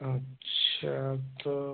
अच्छा तो